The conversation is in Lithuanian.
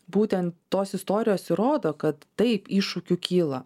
būtent tos istorijos įrodo kad taip iššūkių kyla